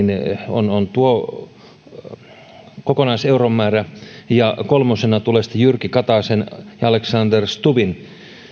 on on tuo kokonaiseuromäärä ja kolmosena tulee jyrki kataisen ja alexander stubbin